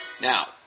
Now